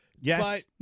Yes